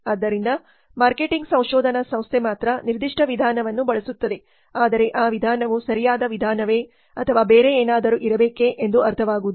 ಆದ್ದರಿಂದ ಮಾರ್ಕೆಟಿಂಗ್ ಸಂಶೋಧನಾ ಸಂಸ್ಥೆ ಮಾತ್ರ ನಿರ್ದಿಷ್ಟ ವಿಧಾನವನ್ನು ಬಳಸುತ್ತದೆ ಆದರೆ ಆ ವಿಧಾನವು ಸರಿಯಾದ ವಿಧಾನವೇ ಅಥವಾ ಬೇರೆ ಏನಾದರೂ ಇರಬೇಕೆ ಎಂದು ಅರ್ಥವಾಗುವುದಿಲ್ಲ